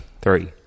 Three